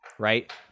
Right